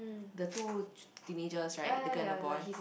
the two teenagers right the girl and the boy